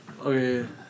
Okay